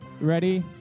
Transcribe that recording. Ready